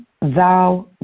thou